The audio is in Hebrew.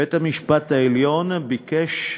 בית-המשפט העליון ביקש,